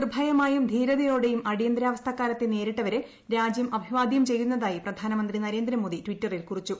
നിർഭയമായും ധീരതയോടെയും അടിയന്തരാവസ്ഥക്കാലത്തെ നേരിട്ടവരെ രാജൃം അഭിവാദൃം ചെയ്യുന്നതായി പ്രധാനമന്ത്രി നരേന്ദ്രമോദി ട്വിറ്ററിൽ കുറിച്ചു